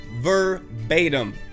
verbatim